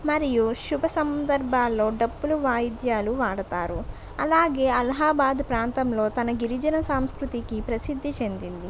మరియు శుభ సందర్భాలలో డప్పులు వాయిద్యాలు వాడుతారు అలాగే అలహాబాద్ ప్రాంతంలో తన గిరిజన సంస్కృతికి ప్రసిద్ధి చెందింది